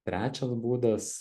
trečias būdas